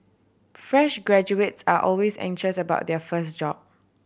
fresh graduates are always anxious about their first job